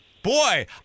Boy